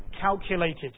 calculated